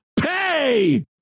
pay